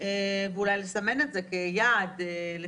ואולי לסמן את זה כיעד לטיפול.